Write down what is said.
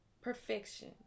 perfection